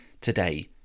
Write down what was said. today